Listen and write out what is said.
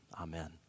amen